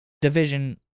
division